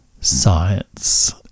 science